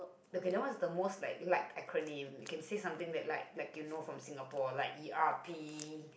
okay that one is the most like acronym you can say something that like you know from Singapore like E_R_P